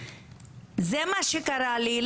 זה מה שקרה לי,